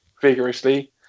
vigorously